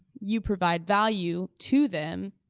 you provide value to them.